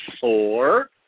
four